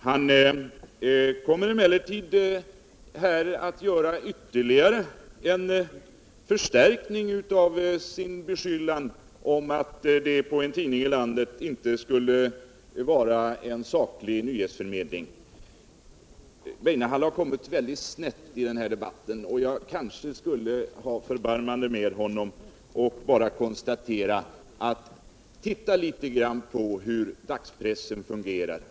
Han kom emellertid att ytterligare förstärka sin beskyllning om att det på en tidning i landet inte skulle vara en saklig nyhetsförmedling. Lars Weinehall har kommit väldigt snett i den här debatten. och jag kanske bör ha förbarmande med honom och bara uppmana honom att titta litet grand på hur dagspressen fungerar.